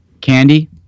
candy